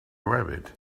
rabbit